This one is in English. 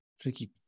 tricky